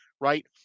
right